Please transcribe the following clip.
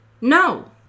no